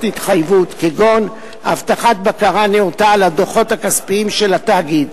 התחייבות כגון הבטחת בקרה נאותה על הדוחות הכספיים של התאגיד.